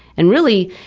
and really,